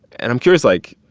and i'm curious, like,